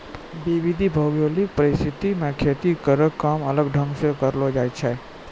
विविध भौगोलिक परिस्थिति म खेती केरो काम अलग ढंग सें करलो जाय छै